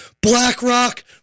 BlackRock